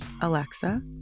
Alexa